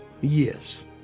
Yes